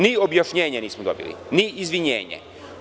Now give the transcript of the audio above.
Ni objašnjenje nismo dobili, ni izvinjenje.